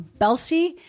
Belsey